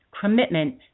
commitment